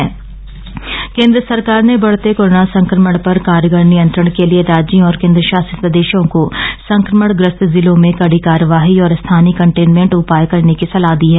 सलाह केंद्र सरकार ने बढ़ते कोरोना संक्रमण पर कारगर नियंत्रण के लिए राज्यों और केंद्र शासित प्रदेशों को संक्रमण ग्रस्त जिलों में कड़ी कार्रवाई और स्थानीय कंटेनमेंट उपाय करने की सलाह दी है